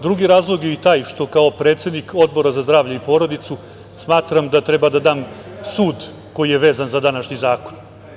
Drugi razlog je i taj što kao predsednik Odbora za zdravlje i porodicu smatram da treba da dam sud koji je vezan za današnji zakon.